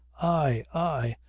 i! i!